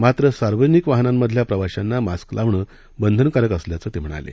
मात्र सार्वजनिकवाहनामधल्याप्रवाशानामास्कलावणबधनकारकअसल्याचंतेम्हणाले